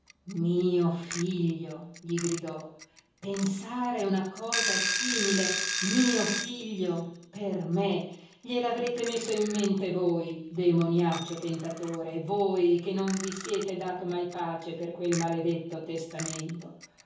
mio figlio gli gridò pensare una cosa simile mio figlio per me gliel'avrete messo in mente voi demoniaccio tentatore voi che non vi siete dato mai pace per quel maledetto testamento